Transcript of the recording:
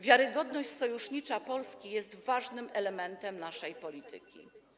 Wiarygodność sojusznicza Polski jest ważnym elementem naszej polityki.